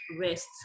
rest